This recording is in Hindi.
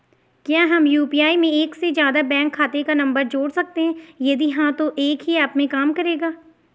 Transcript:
क्या हम यु.पी.आई में एक से ज़्यादा बैंक खाते का नम्बर जोड़ सकते हैं यदि हाँ तो एक ही ऐप में काम करेगा?